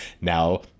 now